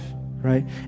right